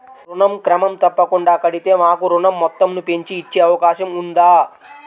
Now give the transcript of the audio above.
ఋణం క్రమం తప్పకుండా కడితే మాకు ఋణం మొత్తంను పెంచి ఇచ్చే అవకాశం ఉందా?